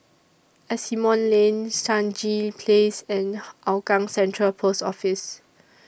Asimont Lane Stangee Place and Hougang Central Post Office